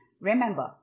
Remember